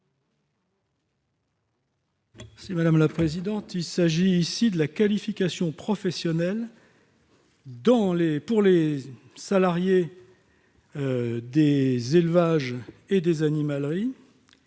M. Arnaud Bazin. Il s'agit ici de la qualification professionnelle des salariés des élevages et des animaleries.